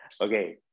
Okay